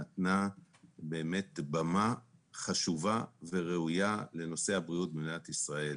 נתנה במה חשובה וראויה לנושא הבריאות במדינת ישראל.